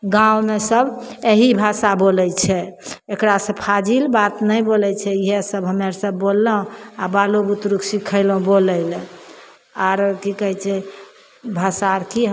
गाँवमे सब यही भाषा बोलय छै एकरासँ फाजिल बात नहि बोलय छै इएहे सब हमे अर सब बोललहुँ आओर बालो बुतरूके सिखएलहुँ बोलय लए आर की कहय छै भाषा आर की